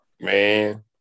Man